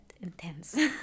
intense